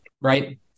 Right